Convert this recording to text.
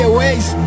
ways